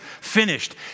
Finished